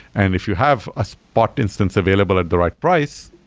and if you have a spot instance available at the right price,